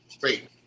great